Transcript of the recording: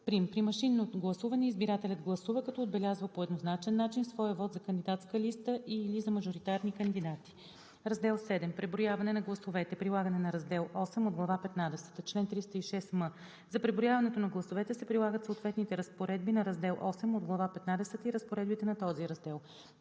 При машинно гласуване избирателят гласува, като отбелязва по еднозначен начин своя вот за кандидатска листа и/или за мажоритарни кандидати. Раздел VII. Преброяване на гласовете Прилагане на раздел VIII от глава петнадесета Чл. 306м. За преброяването на гласовете се прилагат съответните разпоредби на раздел VIII от глава петнадесета и разпоредбите на този раздел.